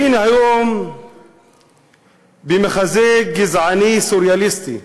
היינו היום במחזה גזעני סוריאליסטי,